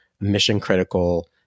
mission-critical